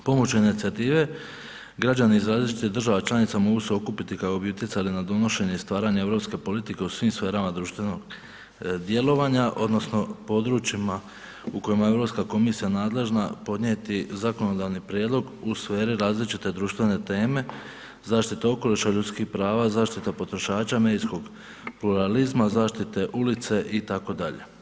Pomoću inicijative građani iz različitih država članica mogu se okupiti kako bi utjecali na donošenje i stvaranje europske politike u svim sferama društvenog djelovanja odnosno područjima u kojima je Europska komisija nadležna podnijeti zakonodavni prijedlog u sferi različite društvene teme, zaštite okoliša, ljudskih prava, zaštita potrošača, medijskog pluralizma, zaštite ulice itd.